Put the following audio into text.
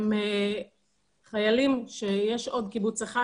יש עוד קיבוץ אחד,